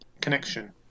connection